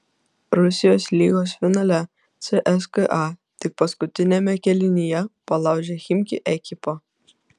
rusijos lygos finale cska tik paskutiniame kėlinyje palaužė chimki ekipą